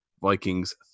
Vikings